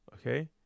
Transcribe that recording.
okay